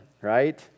right